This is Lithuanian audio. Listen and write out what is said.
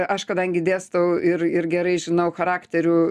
aš kadangi dėstau ir ir gerai žinau charakterių